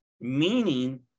meaning